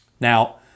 Now